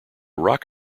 rock